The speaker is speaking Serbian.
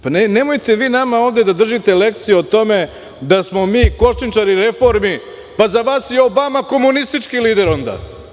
Pa nemojte vi nama ovde da držite lekciju o tome da smo mi kočničari reformi, pa za vas je i Obama komunistički lider onda, sa svojim idejama.